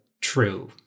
true